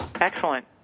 Excellent